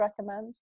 recommend